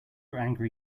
angry